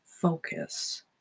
focus